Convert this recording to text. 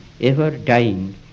ever-dying